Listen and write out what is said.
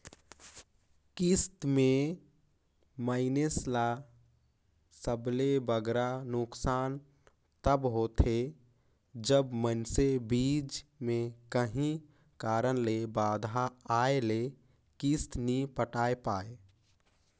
किस्त में मइनसे ल सबले बगरा नोसकान तब होथे जब मइनसे बीच में काहीं कारन ले बांधा आए ले किस्त नी पटाए पाए